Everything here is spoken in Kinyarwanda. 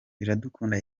iradukunda